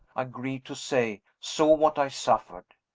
i grieve to say, saw what i suffered.